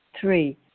Three